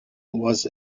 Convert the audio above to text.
was